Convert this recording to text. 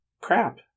crap